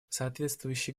соответствующие